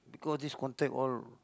because this contact all